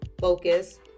focus